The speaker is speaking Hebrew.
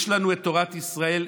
יש לנו את תורת ישראל,